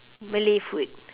malay food